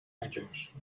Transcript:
ellos